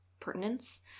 pertinence